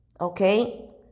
okay